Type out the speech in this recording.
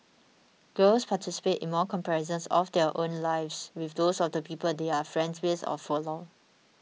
girls participate in more comparisons of their own lives with those of the people they are friends with or follow